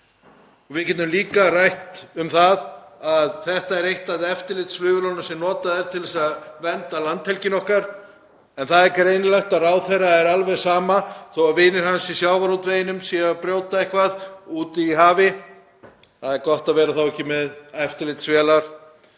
Við getum líka rætt um það að þetta er ein af eftirlitsflugvélum okkar sem er notuð til að vernda landhelgina okkar. En það er greinilegt að ráðherra er alveg sama þótt vinir hans í sjávarútveginum séu að brjóta eitthvað úti í hafi. Það er gott að vera þá ekki með eftirlitsvélar.